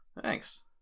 Thanks